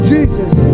Jesus